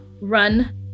run